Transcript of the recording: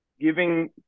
giving